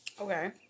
Okay